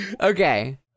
Okay